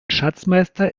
schatzmeister